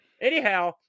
Anyhow